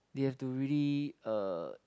we have to really er